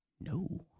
No